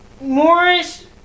Morris